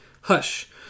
hush